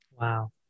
Wow